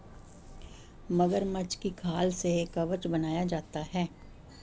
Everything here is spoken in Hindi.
मगरमच्छ की खाल से कवच बनाया जाता है